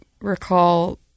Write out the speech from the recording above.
recall